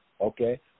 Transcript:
okay